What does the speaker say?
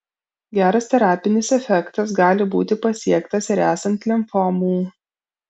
geras terapinis efektas gali būti pasiektas ir esant limfomų